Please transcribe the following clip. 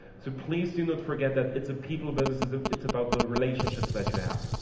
so please do not forget that it's a people business, it's ah it's about the relationships that you have.